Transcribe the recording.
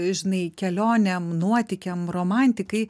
žinai kelionėm nuotykiam romantikai